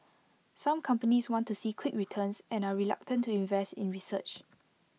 some companies want to see quick returns and are reluctant to invest in research